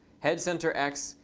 head center x.